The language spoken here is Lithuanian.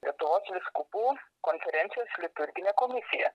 lietuvos vyskupų konferencijos liturginė komisija